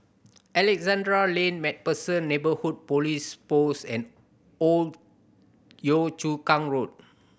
Alexandra Lane Macpherson Neighbourhood Police Post and Old Yio Chu Kang Road